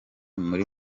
muri